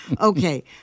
Okay